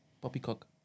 poppycock